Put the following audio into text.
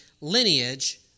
lineage